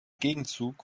gegenzug